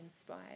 inspired